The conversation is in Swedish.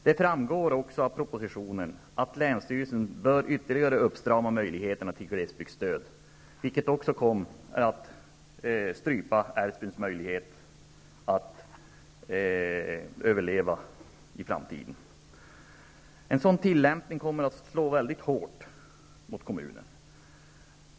Det framgår också av propositionen att länsstyrelsen ytterligare bör uppstrama möjligheterna att få glesbygdsstöd, vilket kommer att strypa Älvsbyns möjlighet att överleva i framtiden. En sådan tillämpning kommer att slå mycket hårt mot kommunen.